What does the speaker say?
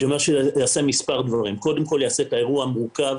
אני אומר שזה יעשה מספר דברים: קודם כל יעשה את האירוע מורכב,